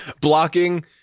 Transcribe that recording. Blocking